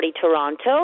Toronto